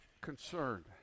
concerned